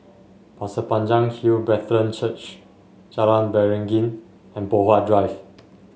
Pasir Panjang Hill Brethren Church Jalan Beringin and Poh Huat Drive